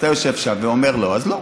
עכשיו אתה יושב שם ואומר לא, אז לא.